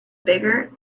bigger